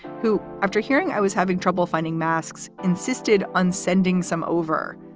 who, after hearing i was having trouble finding masks, insisted on sending some over.